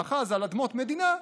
מאחז על אדמות מדינה יוסדר.